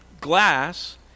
glass